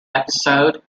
episode